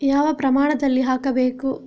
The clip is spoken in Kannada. ಯಾವ ಪ್ರಮಾಣದಲ್ಲಿ ಹಾಕಬೇಕು?